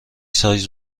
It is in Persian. سایز